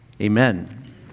amen